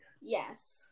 yes